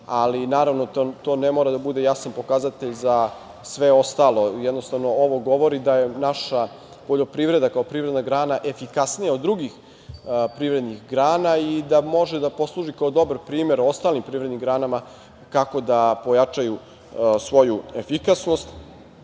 ali naravno, to ne mora da bude jasan pokazatelj za sve ostalo. Jednostavno, ovo govori da je naša poljoprivreda kao privredna grana efikasnija od drugih privrednih grana i da može da posluži kao dobar primer ostalim privrednim granama kako da pojačaju svoju efikasnost.Za